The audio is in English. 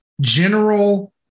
general